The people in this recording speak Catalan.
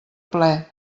ple